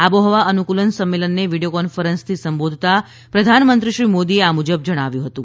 આબોહવા અનુકુલન સંમેલનને વીડિયો કોન્ફરન્સથી સંબોધતાં પ્રધાનમંત્રી શ્રી મોદીએ આ મુજબ જણાવ્યું હતું